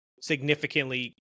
significantly